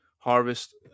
Harvest